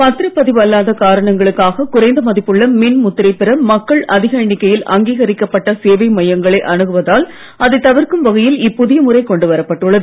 பத்திரப்பதிவு அல்லாத காரணங்களுக்காக குறைந்த மதிப்புள்ள மின் முத்திரை பெற மக்கள் அதிக எண்ணிக்கையில் அங்கீகரிக்கப்பட்ட சேவை மையங்களை அணுகுவதால் அதைத் தவிர்க்கும் வகையில் இப்புதிய முறை கொண்டு வரப்பட்டுள்ளது